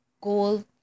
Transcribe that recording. gold